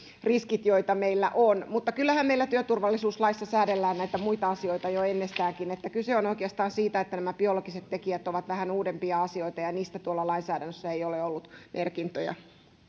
riskit joita meillä on mutta kyllähän meillä työturvallisuuslaissa säädellään näitä muita asioita jo ennestäänkin niin että kyse on oikeastaan siitä että nämä biologiset tekijät ovat vähän uudempia asioita ja niistä tuolla lainsäädännössä ei ole ollut merkintöjä